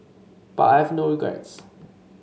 but I have no regrets